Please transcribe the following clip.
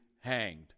hanged